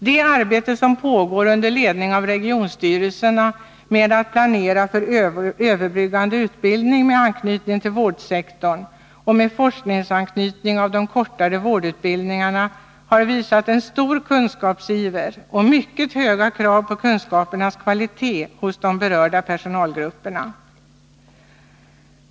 Det arbete som pågår under ledning av regionstyrelserna med att planera för överbryggande utbildning med anknytning till vårdsektorn och med forskningsanknytning av de kortare vårdutbildningarna har visat att det finns stor kunskapsiver och mycket höga krav på kunskapernas kvalitet hos berörda personalgrupper.